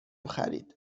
خرید